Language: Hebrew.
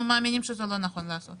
אנחנו מאמינים שזה לא נכון לעשות את זה.